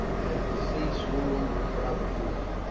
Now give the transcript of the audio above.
as the sea swarmed with privateers,